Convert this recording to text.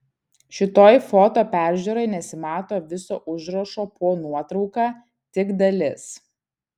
šitoj foto peržiūroj nesimato viso užrašo po nuotrauka tik dalis